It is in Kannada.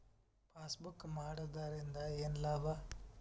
ಪಾಸ್ಬುಕ್ ಮಾಡುದರಿಂದ ಏನು ಲಾಭ?